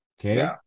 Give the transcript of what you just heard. okay